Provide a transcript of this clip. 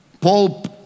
Paul